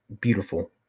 beautiful